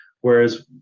Whereas